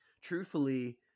truthfully